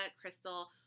Crystal